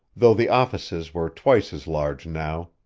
though the offices were twice as large now,